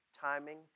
timing